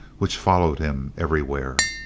which followed him everywhere.